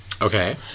okay